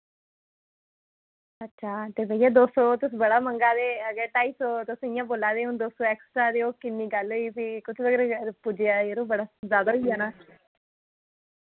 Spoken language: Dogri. अच्छा ते भैया दो सौ तुस बड़ा मंगा दे अग्गै ढाई सौ तुस इयां बोल्ला दे हुन दो सौ एक्स्ट्रा ते ओह् किन्नी गल्ल होई फ्ही कुत्थै तकर पुज्जेआ यरो बड़ा ज्यादा होई जाना